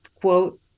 quote